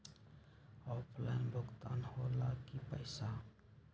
Offline भुगतान हो ला कि पईसा?